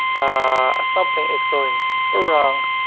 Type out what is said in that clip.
ah something is going wrong